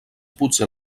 potser